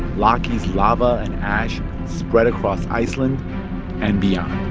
laki's lava and ash spread across iceland and beyond